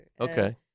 Okay